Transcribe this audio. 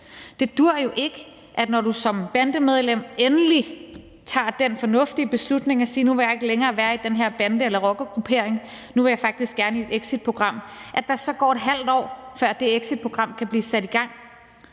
Det duer jo ikke, at der, når man som bandemedlem endelig tager den fornuftige beslutning at sige, at nu vil man ikke længere være i den her bande- eller rockergruppering, nu vil man faktisk gerne i et exitprogram, så går et halvt år, før det exitprogram kan blive sat i gang.